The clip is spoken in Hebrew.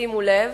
שימו לב,